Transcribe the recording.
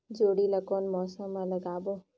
जोणी ला कोन मौसम मा लगाबो?